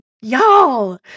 Y'all